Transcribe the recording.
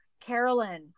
Carolyn